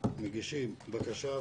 מגישים בקשה,